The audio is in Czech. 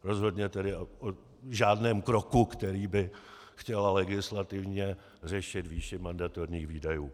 Rozhodně tedy v žádném kroku, kterým by chtěla legislativně řešit výši mandatorních výdajů.